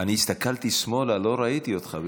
אני הסתכלתי שמאלה ולא ראיתי אותך,